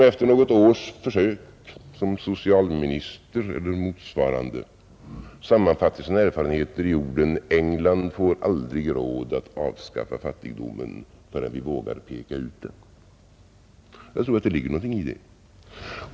Efter något års försök som socialminister sammanfattade han sina erfarenheter med orden: England får aldrig råd att avskaffa fattigdomen förrän vi vågar peka ut den. Jag tror att det ligger någonting i det.